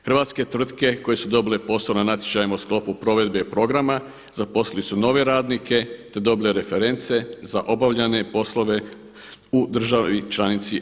Hrvatske tvrtke koje su dobile posao na natječajima u sklopu provedbe programa zaposlili su nove radnike, te dobili reference za obavljene poslove u državi članici EU.